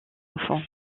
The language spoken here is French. enfants